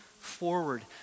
forward